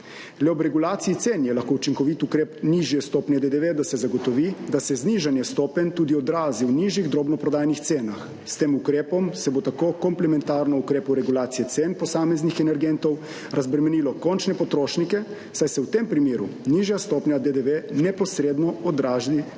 Le ob regulaciji cen je lahko učinkovit ukrep nižje stopnje DDV, da se zagotovi, da se znižanje stopenj tudi odrazi v nižjih drobno prodajnih cenah. S tem ukrepom se bo tako komplementarno ukrepu regulacije cen posameznih energentov razbremenilo končne potrošnike, saj se v tem primeru nižja stopnja DDV neposredno odrazi v nižji ceni